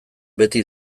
beti